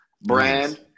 brand